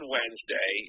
Wednesday